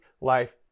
life